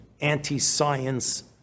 anti-science